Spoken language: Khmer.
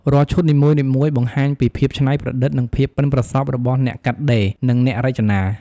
រាល់ឈុតនីមួយៗបង្ហាញពីភាពច្នៃប្រឌិត និងភាពប៉ិនប្រសប់របស់អ្នកកាត់ដេរ និងអ្នករចនា។